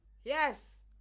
yes